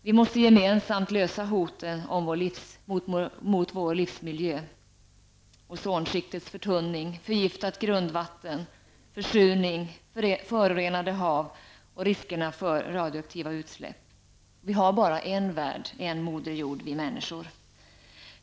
Vi måste gemensamt lösa hoten mot vår livsmiljö, ozonskiktets förtunning, förgiftat grundvatten, försurning, förorenade hav och riskerna för radioaktiva utsläpp. Vi människor har bara en värld, en moder jord.